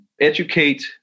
educate